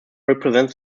represents